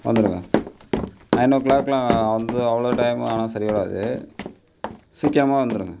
வந்துடுங்க நைன் ஓ கிளாக்கெல்லாம் வந்து அவ்வளோ டைம் ஆனால் சரி வராது சீக்கிரமா வந்துடுங்க